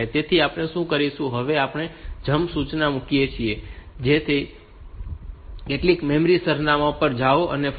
તેથી આપણે શું કરીએ છીએ કે આપણે અહીં એક જમ્પ સૂચના મૂકીએ છીએ અને કેટલાક મેમરી સરનામાં પર જાઓ આ 5